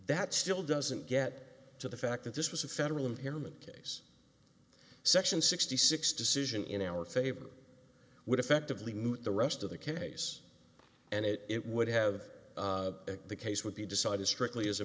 that still doesn't get to the fact that this was a federal impairment case section sixty six decision in our favor would effectively moot the rest of the case and it would have the case would be decided strictly as a